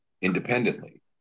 independently